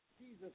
Jesus